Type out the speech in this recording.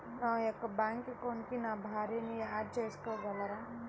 నా యొక్క బ్యాంక్ అకౌంట్కి నా భార్యని యాడ్ చేయగలరా?